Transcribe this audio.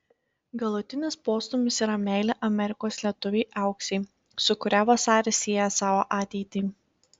galutinis postūmis yra meilė amerikos lietuvei auksei su kuria vasaris sieja savo ateitį